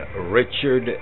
Richard